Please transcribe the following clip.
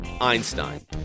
Einstein